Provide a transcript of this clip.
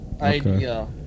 idea